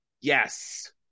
yes